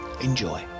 Enjoy